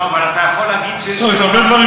לא, אבל אתה יכול להגיד, לא, יש